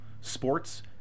Sports